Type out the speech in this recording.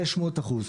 500 אחוז.